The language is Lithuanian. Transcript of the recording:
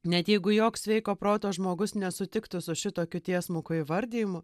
net jeigu joks sveiko proto žmogus nesutiktų su šitokiu tiesmuku įvardijimu